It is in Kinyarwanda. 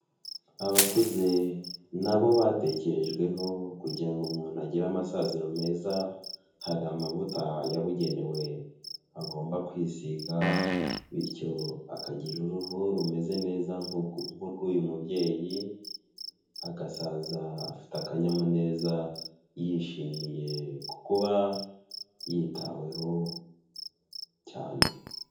Abakuze na bo batekerejweho kugira ngo umuntu agire amasaziro meza, hari amavuta yabugenewe agomba kwisiga bityo akagira uruhu rumeze neza nku rw'uyu mubyeyi agasaza afite akanyamuneza yishimiye ku kuba yitaweho cyane.